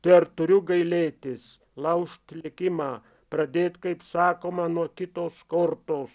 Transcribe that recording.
tai ar turiu gailėtis laužt likimą pradėt kaip sakoma nuo kitos kortos